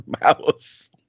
mouse